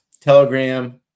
Telegram